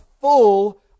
full